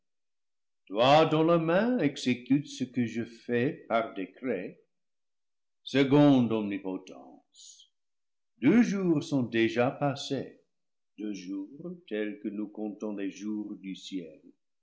dont la main exécute ce que je fais par décret se conde omnipotence deux jours sont déjà passés deux jours tels que nous comptons les jours du ciel